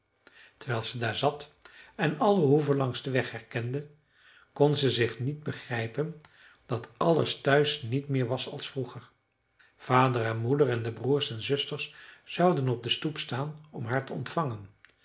terwijl ze daar zat en alle hoeven langs den weg herkende kon ze zich niet begrijpen dat alles thuis niet meer was als vroeger vader en moeder en de broers en zusters zouden op de stoep staan om haar te ontvangen